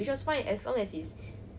and like err